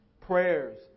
prayers